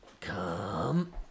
come